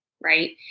Right